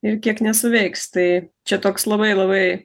ir kiek nesuveiks tai čia toks labai labai